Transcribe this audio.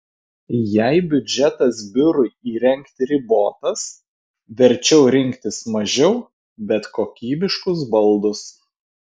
jei biudžetas biurui įrengti ribotas verčiau rinktis mažiau bet kokybiškus baldus